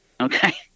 Okay